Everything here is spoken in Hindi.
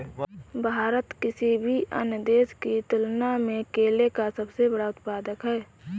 भारत किसी भी अन्य देश की तुलना में केले का सबसे बड़ा उत्पादक है